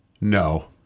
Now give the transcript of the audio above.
No